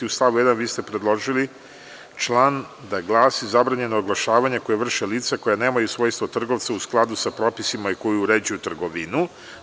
U stavu 1. vi ste predložili član da glasi: „Zabranjeno je oglašavanje koje vrše lica koja nemaju svojstvo trgovca u skladu sa propisima i koji uređuju trgovinu“